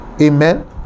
Amen